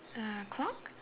uh clock